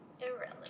Irrelevant